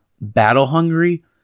battle-hungry